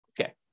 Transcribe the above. Okay